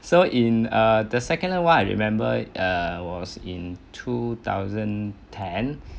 so in err the second [one] I remember uh was in two thousand ten